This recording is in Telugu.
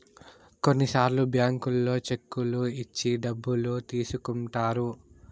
కొన్నిసార్లు బ్యాంకుల్లో చెక్కులు ఇచ్చి డబ్బులు తీసుకుంటారు